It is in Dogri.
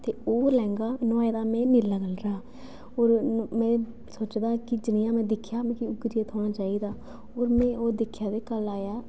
ते ओह् लैंह्गा नुआए दा में नीले कल्रलरै और में सोचेदा हा जनेहा में दिक्खे दा हा उ'ऐ जनेहा थ्होना चाहिदा ओह् में दिक्खेआ ते कल आया